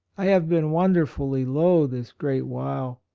i have been wonderfully low this great while,